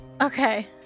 Okay